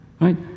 Right